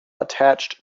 attached